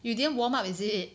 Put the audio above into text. you didn't warm up is it